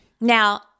Now